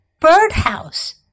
birdhouse